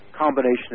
Combination